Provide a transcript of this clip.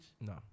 No